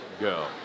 go